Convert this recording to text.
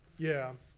yeah.